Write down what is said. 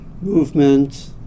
movement